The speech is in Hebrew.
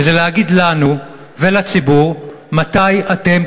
וזה להגיד לנו ולציבור מתי אתם,